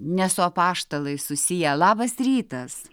ne su apaštalais susiję labas rytas